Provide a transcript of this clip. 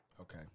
Okay